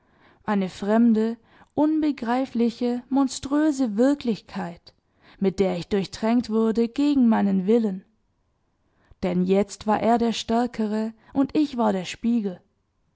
eine fremde unbegreifliche monströse wirklichkeit mit der ich durchtränkt wurde gegen meinen willen denn jetzt war er der stärkere und ich war der spiegel